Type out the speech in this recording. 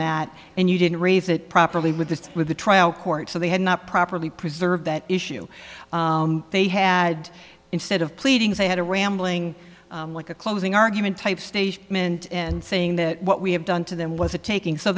that and you didn't raise it properly with the with the trial court so they had not properly preserved that issue they had instead of pleadings they had a rambling like a closing argument type stage and saying that what we have done to them was a taking so